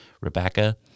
Rebecca